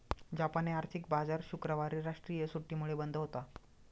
जापानी आर्थिक बाजार शुक्रवारी राष्ट्रीय सुट्टीमुळे बंद होता